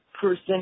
person